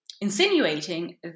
insinuating